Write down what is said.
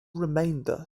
remainder